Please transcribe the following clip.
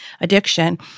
addiction